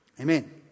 Amen